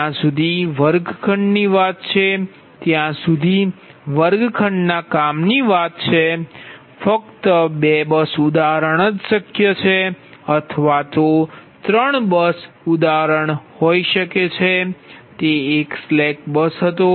જ્યાં સુધી વર્ગખંડની વાત છે ત્યાં સુધી વર્ગખંડના કામની વાત છે ફક્ત બે બસ ઉદાહરણ શક્ય છે અથવા ત્રણ બસ હોઈ શકે છે તે એક સ્લેક બસ છે